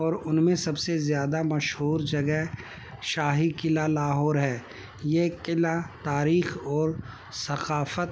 اور ان میں سب سے زیادہ مشہور جگہ شاہی قلعہ لاہور ہے یہ قلعہ تاریخ اور ثقافت